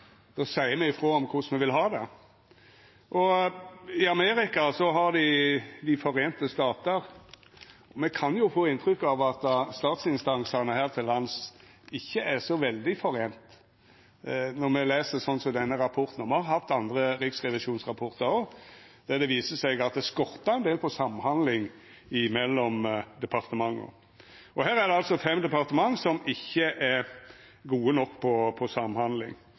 då seier me – Stortinget – i merknadene frå om korleis me vil ha det. I Amerika har ein dei sameinte statane. Me kan jo få inntrykk av at statsinstansane her til lands ikkje er så veldig sameinte når me les denne rapporten, og me har òg hatt andre riksrevisjonsrapportar der det viser seg at det skortar ein del på samhandlinga mellom departementa. Her er det altså fem departement som ikkje er gode nok på samhandling